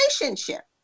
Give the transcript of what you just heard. relationship